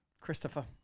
Christopher